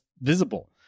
visible